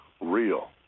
real